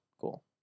Cool